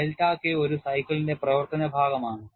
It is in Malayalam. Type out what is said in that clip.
ഡെൽറ്റ K ഒരു സൈക്കിളിന്റെ പ്രവർത്തനഭാഗം ആണ്